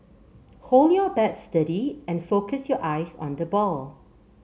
hold your bat steady and focus your eyes on the ball